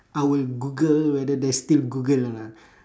I will google whether there's still google or not